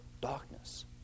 Darkness